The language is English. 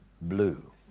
blue